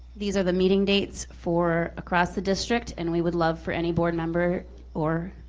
these are the meeting dates for across the district, and we would love for any board member or